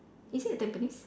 is it at Tampines